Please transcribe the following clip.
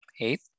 Eight